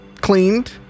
cleaned